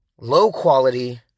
low-quality